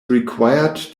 required